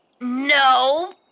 no